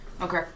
Okay